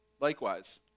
Likewise